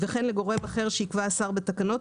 וכן לגורם אחר שיקבע השר בתקנות,